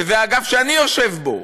שזה האגף שאני יושב בו,